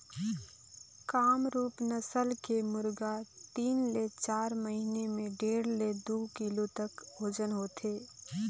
कामरूप नसल के मुरगा तीन ले चार महिना में डेढ़ ले दू किलो तक ओजन होथे